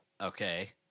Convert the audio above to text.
Okay